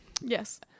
yes